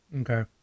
Okay